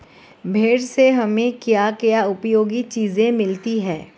भेड़ से हमें क्या क्या उपयोगी चीजें मिलती हैं?